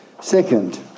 Second